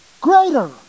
greater